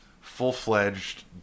full-fledged